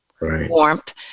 warmth